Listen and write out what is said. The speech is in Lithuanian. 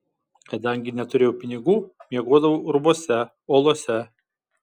kadangi neturėjau pinigų miegodavau urvuose olose